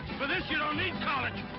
for this, you don't need college!